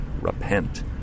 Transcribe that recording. repent